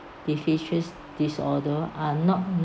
deficien~ disorder are not